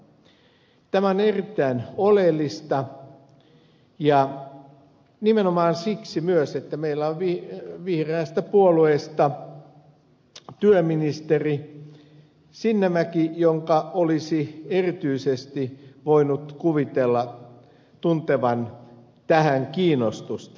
tämä on erittäin oleellista nimenomaan siksi myös että meillä on vihreästä puolueesta työministeri sinnemäki jonka olisi erityisesti voinut kuvitella tuntevan tähän kiinnostusta